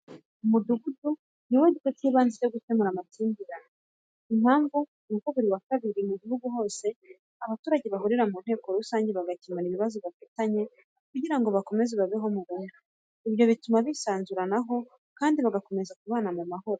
Umudugudu ni wo gice cy'ibanze cyo gukemura amakimbirane. Impamvu nuko buri wa kabiri, mu gihugu hose abaturage bahurira mu nteko rusange, bagakemurirana ibibazo bafitanye kugira ngo bakomeze babeho mu bumwe. Ibyo bituma bisanzuranaho kandi bagakomeza kubana mu mahoro.